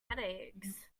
headaches